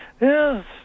Yes